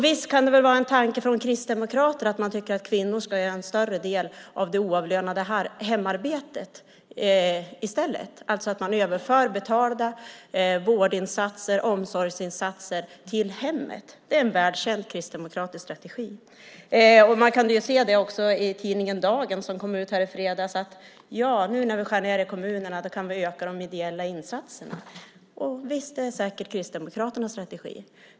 Visst kan det vara en tanke från Kristdemokraterna att kvinnorna ska göra en större del av det oavlönade hemarbetet genom att man överför betalda vårdinsatser, omsorgsinsatser, till hemmet. Det är en välkänd kristdemokratisk strategi. I tidningen Dagen, som kom ut i fredags, togs det upp att när vi nu skär ned i kommunerna kan vi i stället öka de ideella insatserna. Visst, det är säkert Kristdemokraternas strategi.